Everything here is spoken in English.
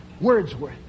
Wordsworth